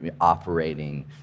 operating